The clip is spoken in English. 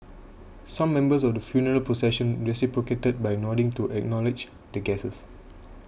some members of the funeral procession reciprocated by nodding to acknowledge the guests